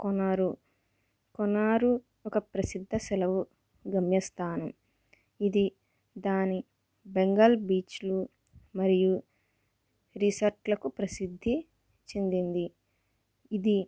కొనారు కొనారు ఒక ప్రసిద్ధ సెలవు గమ్యస్థానం ఇది దాని బెంగాల్ బీచ్లో మరియు రిసర్ట్లకు ప్రసిద్ధి చెందింది ఇది